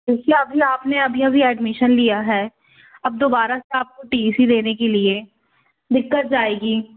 देखिए आपने अभी अभी एडमिशन लिया है अब दोबारा से आपको टी सी देने के लिए दिक्कत आएगी